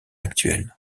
actuelles